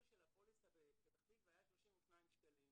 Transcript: של הפוליסה בפתח תקווה היה 32 שקלים,